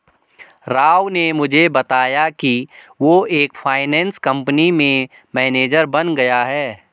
राव ने मुझे बताया कि वो एक फाइनेंस कंपनी में मैनेजर बन गया है